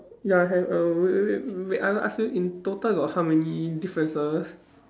ya have err wait wait wait I want to ask you in total got how many differences